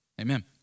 amen